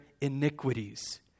iniquities